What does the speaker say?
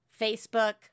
Facebook